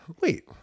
Wait